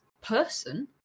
person